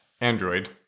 Android